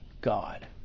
God